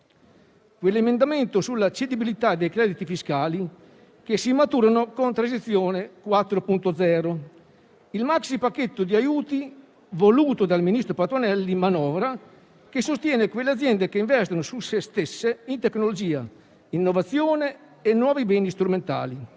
L'emendamento sulla cedibilità dei crediti fiscali che si maturano con transizione 4.0, il maxi pacchetto di aiuti voluto dal ministro Patuanelli in manovra, che sostiene quelle aziende che investono su se stesse in tecnologia, innovazione e nuovi beni strumentali.